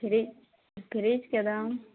fridge फ्रिजके दाम